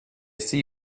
see